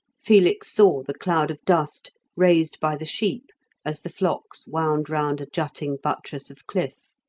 felix saw the cloud of dust raised by the sheep as the flocks wound round a jutting buttress of cliff.